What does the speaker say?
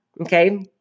Okay